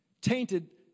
tainted